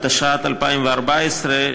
התשע"ד 2014,